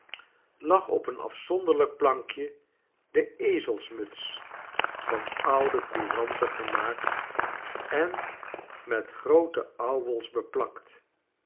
lag op een afzonderlijk plankje de ezelsmuts van oude couranten gemaakt en met groote ouwels beplakt